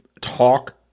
talk